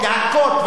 להכות,